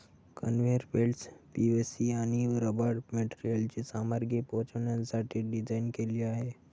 conveyor belts PVC आणि rubber मटेरियलची सामग्री पोहोचवण्यासाठी डिझाइन केलेले आहेत